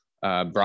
brought